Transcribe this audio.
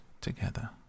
together